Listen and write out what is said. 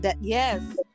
Yes